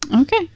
okay